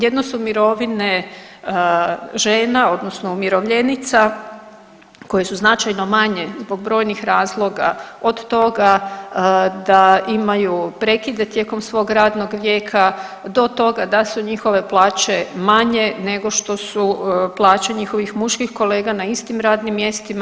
Jedno su mirovine žena, odnosno umirovljenica koje su značajno manje zbog brojnih razloga od toga da imaju prekide tijekom svog radnog vijeka, do toga da su njihove plaće nego što su plaće njihovih muških kolega na istim radnim mjestima.